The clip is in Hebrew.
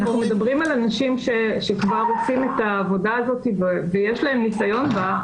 אנחנו מדברים על אנשים שכבר עושים את העבודה הזאת ויש להם ניסיון בה,